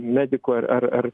medikų ar ar ar